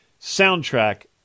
soundtrack